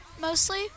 mostly